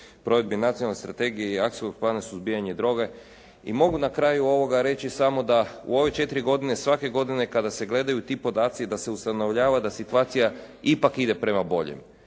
provedbi Nacionalne strategije i akcijskog plana suzbijanja droge i mogu na kraju ovoga reći samo da u ove četiri godine svake godine kada se gledaju ti podaci da se ustanovljava da situacija ipak ide prema boljem.